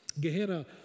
Gehenna